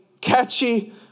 catchy